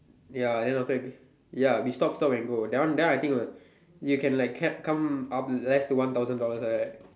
ya then after that ya we stop stop and go that one that one I think you can like cab come up less to one thousand dollars like that